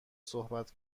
صحبت